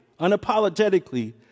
unapologetically